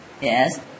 yes